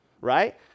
right